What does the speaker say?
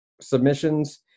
submissions